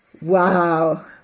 Wow